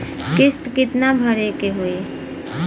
किस्त कितना भरे के होइ?